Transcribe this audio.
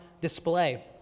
display